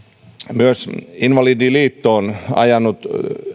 myös invalidiliitto on ajanut